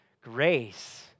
grace